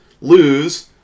lose